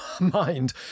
mind